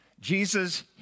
Jesus